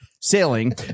sailing